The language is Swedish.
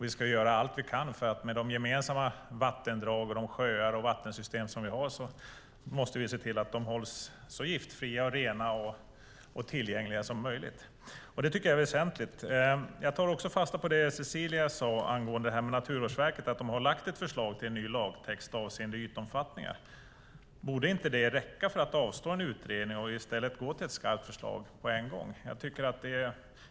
Vi ska göra allt vi kan för att se till att de gemensamma vattendrag och sjöar vi har hålls så giftfria och tillgängliga som möjligt. Jag tar fasta på det som Cecilia sade om att Naturvårdsverket har lagt fram ett förslag till en ny lagtext när det gäller ytvattentäkter. Borde det inte räcka för att avstå från en utredning och gå till ett skarpt förslag på en gång?